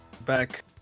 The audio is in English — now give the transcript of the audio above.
back